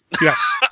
Yes